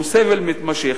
שהוא סבל מתמשך,